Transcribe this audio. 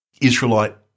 Israelite